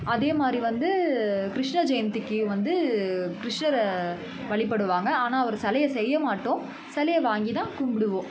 அதேமாதிரி வந்து கிருஷ்ண ஜெயந்திக்கு வந்து கிருஷ்ணரை வழிபடுவாங்க ஆனால் அவர் சிலைய செய்ய மாட்டோம் சிலைய வாங்கி தான் கும்பிடுவோம்